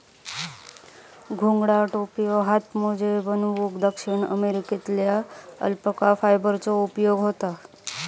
घोंगडा, टोप्यो, हातमोजे बनवूक दक्षिण अमेरिकेतल्या अल्पाका फायबरचो उपयोग होता